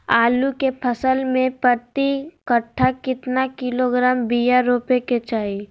आलू के फसल में प्रति कट्ठा कितना किलोग्राम बिया रोपे के चाहि?